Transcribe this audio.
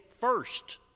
first